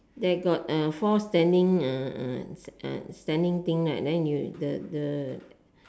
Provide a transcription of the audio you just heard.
there got uh four standing uh uh uh standing thing right then you the the